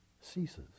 ceases